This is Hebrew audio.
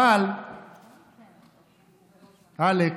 אבל אלכס,